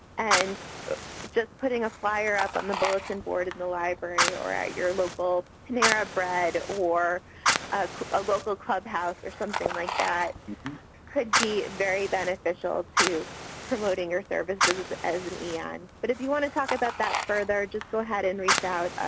and just putting a flyer up on the bulletin board in the library, or at your local panera bread, or a local clubhouse, or something like that could be very beneficial to promoting your services as an en. but if you want to talk about that further, just go ahead and reach out.